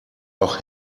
auch